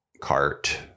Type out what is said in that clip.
cart